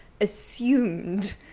assumed